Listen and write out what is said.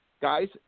guys